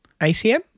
acm